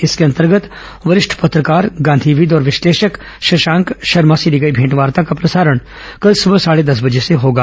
इसके अंतर्गत वरिष्ठ पत्रकार गांधीविद और विश्लेषक शर्माक शर्मा से ली गई भेंटवार्ता का प्रसारण कल सुबह साढ़े दस बजे से होगा